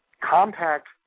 compact